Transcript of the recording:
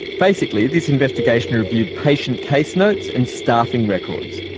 basically this investigation reviewed patient case notes and staffing records.